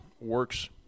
works